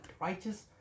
righteous